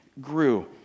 grew